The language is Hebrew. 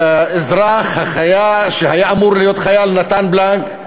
האזרח שהיה אמור להיות חייל נתן בלנק,